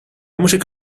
música